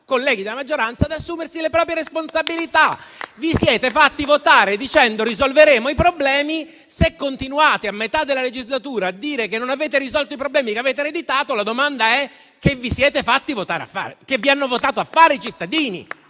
colleghi della maggioranza, ad assumersi le proprie responsabilità. Vi siete fatti votare dicendo: «Risolveremo i problemi». Se continuate, a metà della legislatura, a dire che non avete risolto i problemi che avete ereditato, la domanda è: che vi siete fatti votare a fare?